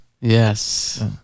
Yes